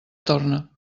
torna